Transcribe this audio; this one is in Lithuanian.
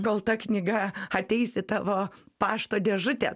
kol ta knyga ateis į tavo pašto dėžutę